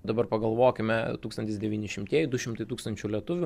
dabar pagalvokime tūkstantis devyni šimtieji du šimtai tūkstančių lietuvių